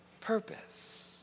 purpose